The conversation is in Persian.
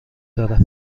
داره